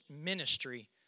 ministry